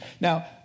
Now